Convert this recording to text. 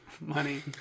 money